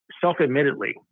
self-admittedly